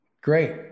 great